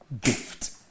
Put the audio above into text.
gift